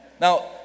Now